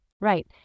Right